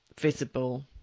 visible